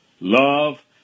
love